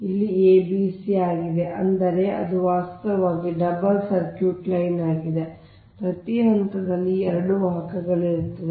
ಆದ್ದರಿಂದ ಇಲ್ಲಿ ಇದು a b c ಆಗಿದೆ ಅಂದರೆ ಅದು ವಾಸ್ತವವಾಗಿ ಡಬಲ್ ಸರ್ಕ್ಯೂಟ್ ಲೈನ್ ಆಗಿದೆ ಅಂದರೆ ಪ್ರತಿ ಹಂತದಲ್ಲಿ 2 ವಾಹಕಗಳಿರುತ್ತವೆ